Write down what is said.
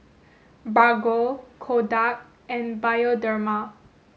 Bargo Kodak and Bioderma